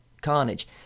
carnage